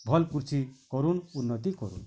ଭଲ କୃଷି କରୁନ୍ ଉନ୍ନତ୍ତି କରୁନ୍